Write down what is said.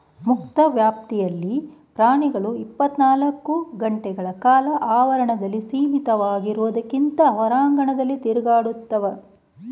ಮುಕ್ತ ವ್ಯಾಪ್ತಿಲಿ ಪ್ರಾಣಿಗಳು ಇಪ್ಪತ್ನಾಲ್ಕು ಗಂಟೆಕಾಲ ಆವರಣದಲ್ಲಿ ಸೀಮಿತವಾಗಿರೋದ್ಕಿಂತ ಹೊರಾಂಗಣದಲ್ಲಿ ತಿರುಗಾಡ್ತವೆ